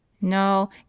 No